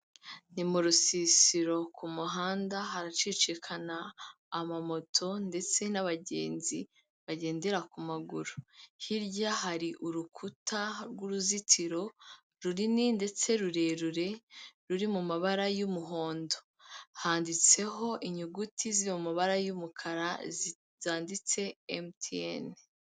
Ni mu rusisiro ku muhanda haracicikana amamoto ndetse n'abagenzi bagendera ku maguru. Hirya hari urukuta rw'uruzitiro runini ndetse rurerure ruri mu mabara y'umuhondo. Handitseho inyuguti ziri mu mabara y'umukara zanditseho emutiyene.